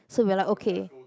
so we're like okay